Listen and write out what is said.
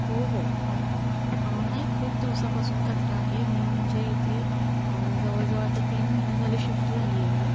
हो हो हो नाही खूप दिवसापासून कचरा आहे मी म्हणजे इथे जवळजवळ आता तीन महिने झाले शिफ्ट झाली आहे मी